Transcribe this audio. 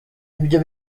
ibyo